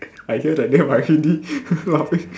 I hear the name I hit it laughing